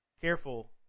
careful